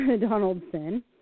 Donaldson